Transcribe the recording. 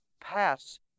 pass